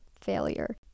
failure